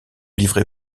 livrer